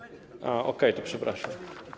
A, okej, to przepraszam.